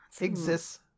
exists